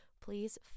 please